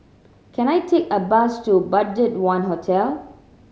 can I take a bus to BudgetOne Hotel